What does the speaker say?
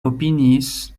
opiniis